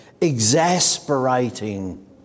exasperating